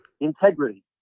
integrity